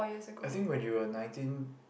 I think when you are nineteen